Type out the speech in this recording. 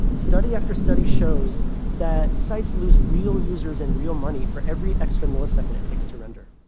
study after study shows that sites lose real users and real money for every extra millisecond it takes to render.